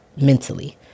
mentally